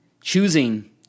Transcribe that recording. choosing